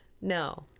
No